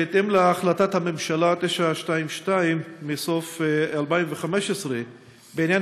בהתאם להחלטת הממשלה 922 מסוף 2015 בעניין